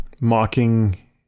mocking